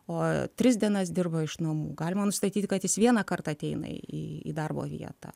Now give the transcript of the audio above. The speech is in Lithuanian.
o tris dienas dirba iš namų galima nustatyti kad jis vieną kartą ateina į į darbo vietą